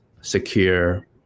secure